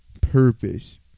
purpose